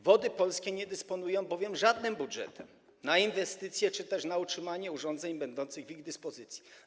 Wody Polskie nie dysponują bowiem żadnym budżetem na inwestycje czy też na utrzymanie urządzeń będących w ich dyspozycji.